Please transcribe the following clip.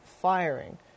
firing –